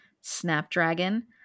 snapdragon